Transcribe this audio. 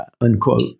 unquote